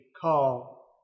call